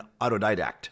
autodidact